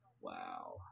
Wow